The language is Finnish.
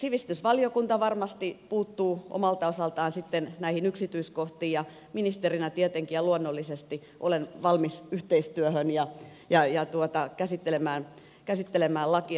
sivistysvaliokunta varmasti puuttuu omalta osaltaan sitten näihin yksityiskohtiin ja ministerinä tietenkin ja luonnollisesti olen valmis yhteistyöhön ja käsittelemään lakia